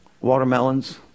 watermelons